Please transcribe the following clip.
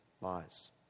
lies